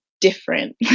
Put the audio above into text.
different